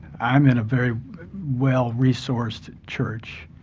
i'm in a very well-resourced church,